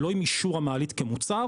לא עם אישור המעלית כמוצר,